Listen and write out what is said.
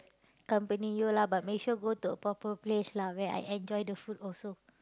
company you lah but make sure go to a proper place lah where I enjoy the food also